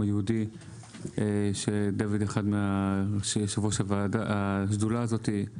היהודי שדוד הוא יושב-ראש השדולה הזאת.